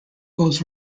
goes